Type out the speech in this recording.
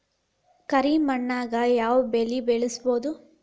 ಕರಿ ಮಣ್ಣಾಗ್ ಯಾವ್ ಬೆಳಿ ಬೆಳ್ಸಬೋದು?